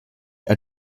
are